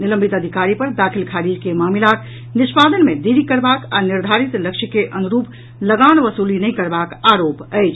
निलंबित अधिकारी पर दाखिल खारिज के मामिलाक निष्पादन मे देरी करबाक आ निर्धारित लक्ष्य के अनुरूप लगान वसूली नहि करबाक आरोप अछि